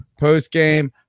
postgame